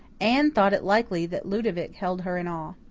anne thought it likely that ludovic held her in awe.